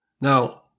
Now